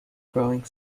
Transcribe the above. growing